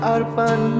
Arpan